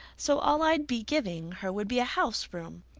so all i'd be giving her would be house room.